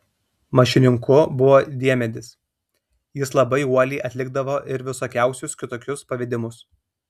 mašininku buvo diemedis jis labai uoliai atlikdavo ir visokiausius kitokius pavedimus